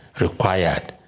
required